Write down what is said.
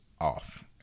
off